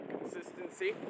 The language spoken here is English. consistency